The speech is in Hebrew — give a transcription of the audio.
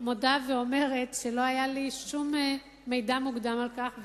אני מודה ואומרת שלא היה לי שום מידע מוקדם על כך,